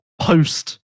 post